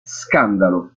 scandalo